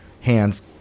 hands